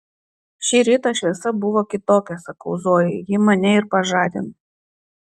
šį rytą šviesa buvo kitokia sakau zojai ji mane ir pažadino